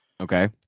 Okay